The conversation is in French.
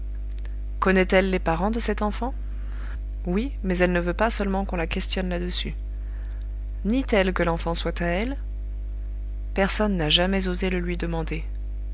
connaît elle les parents de cet enfant oui mais elle ne veut pas seulement qu'on la questionne là-dessus nie t elle que l'enfant soit à elle personne n'a jamais osé le lui demander